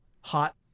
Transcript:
hot